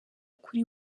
kuri